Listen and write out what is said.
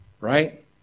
right